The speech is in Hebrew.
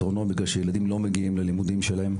צריך לפתור את זה בגלל שילדים שלא מגיעים לבתי הספר שלהם.